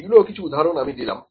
এগুলো কিছু উদাহরণ আমি দিলাম